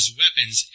weapons